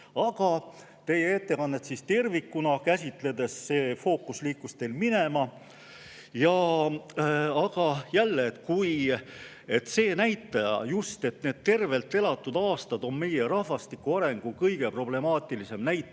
Aga teie ettekannet tervikuna käsitledes see fookus liikus teil minema. Aga jälle, see näitaja, just need tervelt elatud aastad on meie rahvastiku arengu kõige problemaatilisem näitaja,